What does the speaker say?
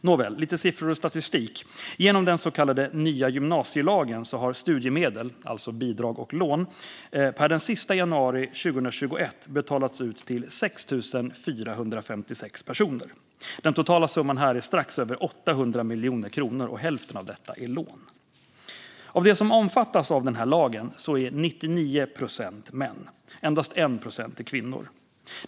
Nåväl, det var lite siffror och statistik. Genom den så kallade nya gymnasielagen har studiemedel, alltså bidrag och lån, per den sista januari 2021 betalats ut till 6 456 personer. Den totala summan är strax över 800 miljoner, och hälften är lån. Av dem som omfattas av denna lag är 99 procent män, endast 1 procent är kvinnor.